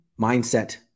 mindset